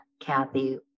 Kathy